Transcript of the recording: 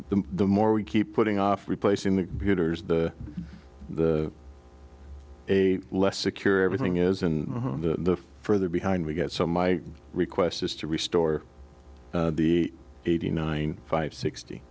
the more we keep putting off replacing the computers the a less secure everything is in the further behind we get so my request is to restore the eighty nine five sixty